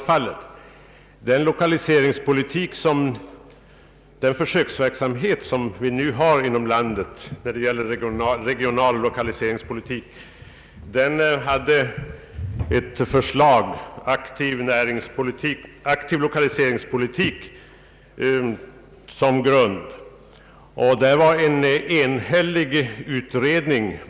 Till grund för den lokaliseringspolitiska försöksverksamhet som nu bedrivs här i landet ligger förslagen i betänkandet ”Aktiv lokaliseringspolitik” från 1963, och dessa förslag lades fram av en enhällig utredning.